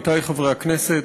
עמיתי חברי הכנסת,